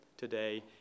today